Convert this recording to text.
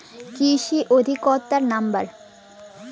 কৃষি অধিকর্তার নাম্বার?